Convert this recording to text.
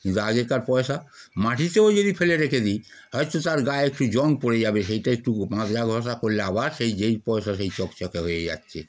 কিন্তু আগেকার পয়সা মাটিতেও যদি ফেলে রেখে দিই হয়তো তার গায়ে একটু জং পড়ে যাবে সেটা একটু মাজা ঘষা করলে আবার সেই যে পয়সা সেই চকচকে হয়ে যাচ্ছে